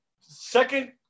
Second